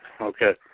Okay